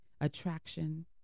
attraction